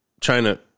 China